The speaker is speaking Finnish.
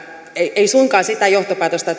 ei suinkaan pidä tehdä sitä johtopäätöstä